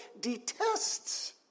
detests